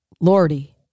Lordy